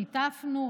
שיתפנו,